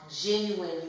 genuine